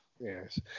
Yes